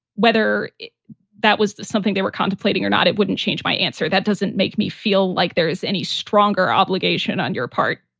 whether that was something they were contemplating or not, it wouldn't change my answer. that doesn't make me feel like there is any stronger obligation on your part,